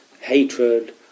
hatred